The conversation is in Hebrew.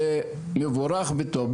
זה מבורך וטוב.